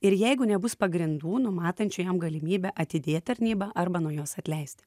ir jeigu nebus pagrindų numatančių jam galimybę atidėt tarnybą arba nuo jos atleisti